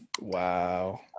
Wow